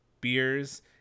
beers